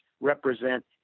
represent